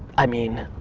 i mean,